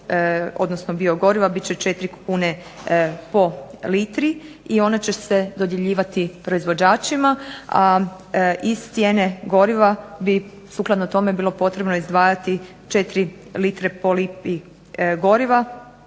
odnosno biogoriva, bit će 4 kune po litri, i ona će se dodjeljivati proizvođačima, a iz cijene goriva bi sukladno tome bilo potrebno izdvajati 4 litre po lipi goriva,